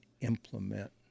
implement